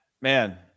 man